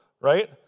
right